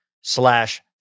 slash